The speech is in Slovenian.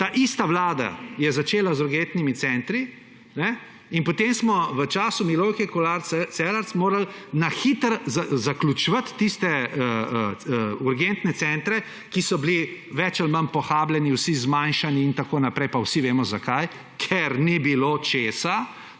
taista vlada je začela z urgentnimi centri in potem smo v času Milojke Kolar Celarc morali na hitro zaključevati tiste urgentne centra, ki so bili več ali manj pohabljeni, vsi zmanjšani in tako naprej, pa vsi vemo, zakaj. Ker ni bilo česa?